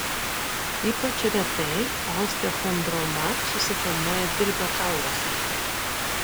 ypač retai osteochondroma susiformuoja dilbio kauluose